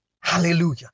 Hallelujah